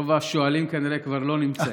רוב השואלים כנראה כבר לא נמצאים.